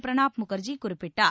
பிரணாப் முகர்ஜி குறிப்பிட்டார்